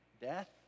death